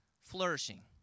flourishing